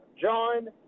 John